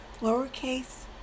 Lowercase